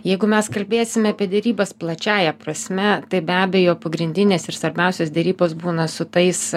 jeigu mes kalbėsime apie derybas plačiąja prasme tai be abejo pagrindinės ir svarbiausios derybos būna su tais